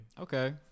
Okay